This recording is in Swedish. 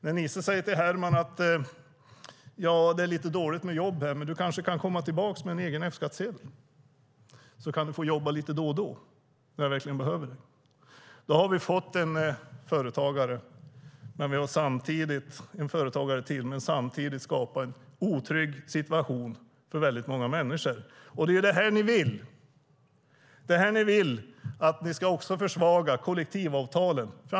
Herman säger till Nisse: Det är lite dåligt med jobb här, men du kan kanske komma tillbaka med en egen F-skattsedel. Då kan du få jobba lite då och då när jag verkligen behöver det. Vi har då fått en företagare till. Men vi har samtidigt skapat en otrygg situation för väldigt många människor. Det är det ni vill. Ni ska försvaga kollektivavtalen.